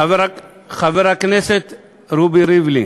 חבר הכנסת רובי ריבלין,